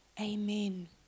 Amen